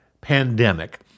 pandemic